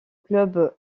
club